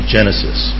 Genesis